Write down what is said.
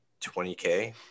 20K